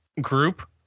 group